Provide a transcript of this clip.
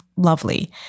lovely